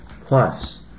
plus